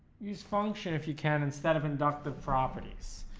use function if you can, instead of inductive properties,